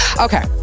Okay